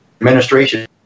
administration